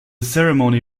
ceremony